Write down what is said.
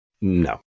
No